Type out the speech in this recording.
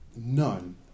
None